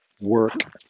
work